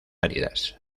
áridas